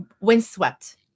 windswept